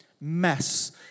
mess